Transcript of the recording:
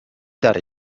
dare